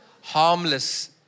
Harmless